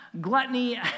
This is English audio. gluttony